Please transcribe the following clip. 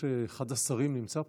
אחד השרים נמצא פה?